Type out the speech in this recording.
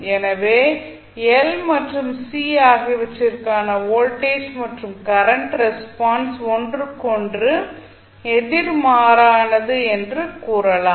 எனவே எல் மற்றும் சி ஆகியவற்றிற்கான வோல்டேஜ் மாற்றும் கரண்ட் ரெஸ்பான்ஸ் ஒன்றுக்கொன்று எதிர்மாறானது என்று கூறலாம்